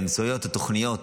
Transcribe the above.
באמצעות תוכניות